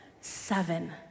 Seven